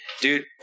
Dude